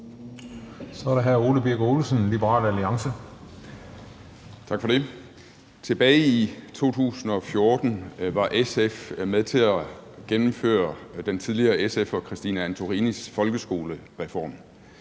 Kl. 14:01 Ole Birk Olesen (LA): Tak for det. Tilbage i 2014 var SF med til at gennemføre den tidligere SF'er Christina Antorinis folkeskolereform,